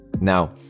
Now